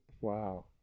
Wow